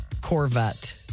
Corvette